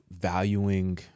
valuing